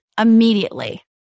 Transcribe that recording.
immediately